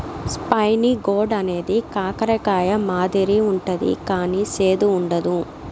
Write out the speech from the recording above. spiny gourd అనేది కాకర కాయ మాదిరి ఉంటది కానీ సేదు ఉండదు